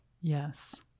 yes